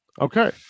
Okay